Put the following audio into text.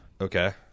Okay